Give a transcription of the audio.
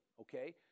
okay